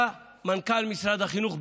בא מנכ"ל משרד החינוך,